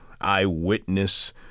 eyewitness